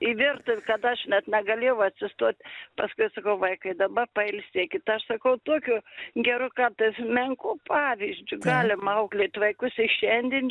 į virtuv kad aš net negalėjau atsistot paskui sakau vaikai daba pailsėkit aš sakau tokio geru kartais menku pavyzdžiu galima auklėt vaikus i šiandien